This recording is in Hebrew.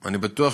אני בטוח